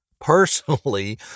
personally